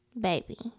baby